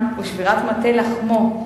ושבירת מטה לחמו,